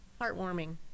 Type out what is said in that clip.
heartwarming